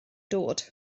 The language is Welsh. dod